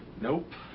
nope.